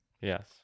Yes